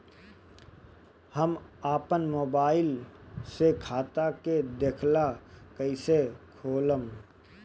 हम आपन मोबाइल से खाता के देखेला कइसे खोलम?